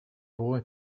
boy